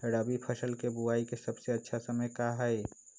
रबी फसल के बुआई के सबसे अच्छा समय का हई?